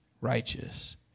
righteous